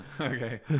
Okay